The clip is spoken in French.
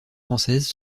françaises